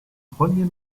premier